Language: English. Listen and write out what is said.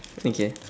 okay